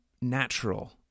natural